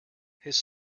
his